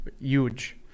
Huge